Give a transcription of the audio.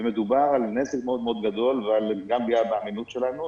מדובר על נזק מאוד מאוד גדול וגם על פגיעה באמינות שלנו,